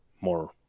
more